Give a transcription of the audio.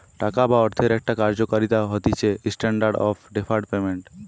টাকা বা অর্থের একটা কার্যকারিতা হতিছেস্ট্যান্ডার্ড অফ ডেফার্ড পেমেন্ট